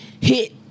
hit